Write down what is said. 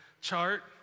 chart